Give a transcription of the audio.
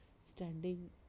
standing